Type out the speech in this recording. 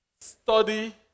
Study